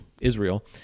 Israel